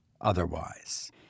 otherwise